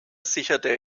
sicherte